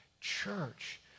church